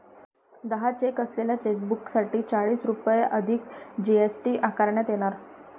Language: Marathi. दहा चेक असलेल्या चेकबुकसाठी चाळीस रुपये अधिक जी.एस.टी आकारण्यात येणार